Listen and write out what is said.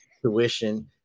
tuition